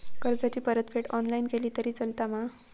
कर्जाची परतफेड ऑनलाइन केली तरी चलता मा?